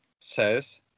says